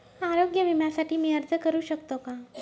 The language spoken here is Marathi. आरोग्य विम्यासाठी मी अर्ज करु शकतो का?